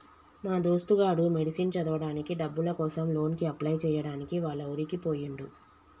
మా దోస్తు గాడు మెడిసిన్ చదవడానికి డబ్బుల కోసం లోన్ కి అప్లై చేయడానికి వాళ్ల ఊరికి పోయిండు